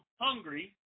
hungry